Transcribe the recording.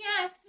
Yes